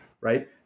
right